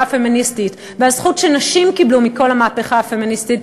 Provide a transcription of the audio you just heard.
הפמיניסטית והזכות שהנשים קיבלו מכל המהפכה הפמיניסטית,